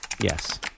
Yes